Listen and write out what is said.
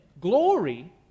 glory